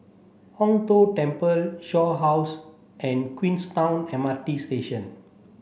Hong Tho Temple Shaw House and Queenstown M R T Station